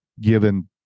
given